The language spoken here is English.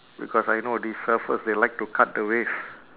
because I know these surfers they like to cut the wave